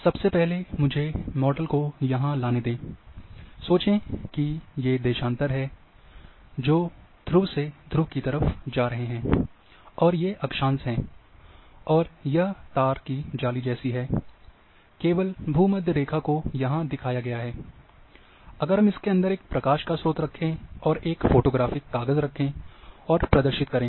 सबसे पहले मुझे मॉडल को यहां लाने दें सोचें कि ये देशांतर हैं जो ध्रुव से ध्रुव की तरफ़ जा रहे हैं और ये अक्षांश हैं और यह तार की जाली जैसी है केवल भूमध्य रेखा को यहां दिखाया गया है अगर हम इसके अंदर एक प्रकाश का स्रोत रखें और एक फोटोग्राफिक काग़ज़ रखें और प्रदर्शित करें